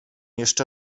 jeszcze